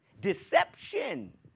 Deception